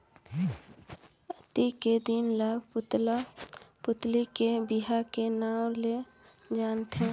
अक्ती के दिन ल पुतला पुतली के बिहा के नांव ले जानथें